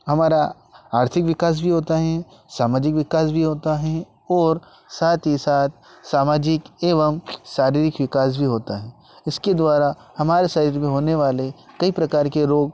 हमारा आर्थिक विकास भी होता है सामाजिक विकास भी होता है और साथ ही साथ सामाजिक एवं शारीरिक विकास भी होता है इसके द्वारा हमारे शरीर में होनेवाले कई प्रकार के रोग